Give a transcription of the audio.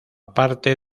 parte